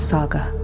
Saga